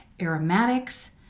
aromatics